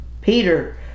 Peter